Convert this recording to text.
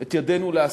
את ידנו להסתה.